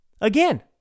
Again